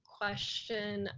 question